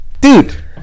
Dude